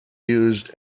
used